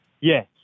Yes